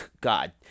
God